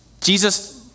Jesus